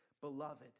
Beloved